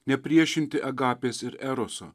nepriešinti agapės ir eroso